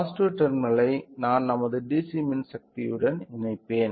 positive terminal ஐ நான் நமது DC மின்சக்தியுடன் இணைப்பேன்